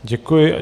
Děkuji.